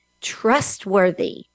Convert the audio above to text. trustworthy